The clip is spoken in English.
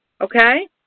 Okay